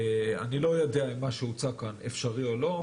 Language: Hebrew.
אני לא יודע אם מה שהוצג כאן אפשרי או לא,